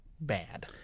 bad